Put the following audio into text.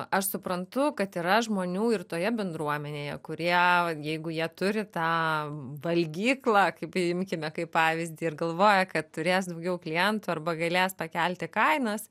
aš suprantu kad yra žmonių ir toje bendruomenėje kurie jeigu jie turi tą valgyklą kaip imkime kaip pavyzdį ir galvoja kad turės daugiau klientų arba galės pakelti kainas